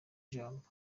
ijambo